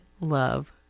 love